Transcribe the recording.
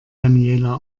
daniela